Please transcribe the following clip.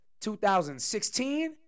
2016